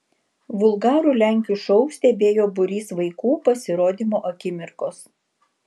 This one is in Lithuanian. vulgarų lenkių šou stebėjo būrys vaikų pasirodymo akimirkos